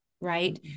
right